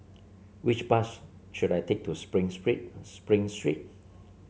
which bus should I take to Spring Spring Street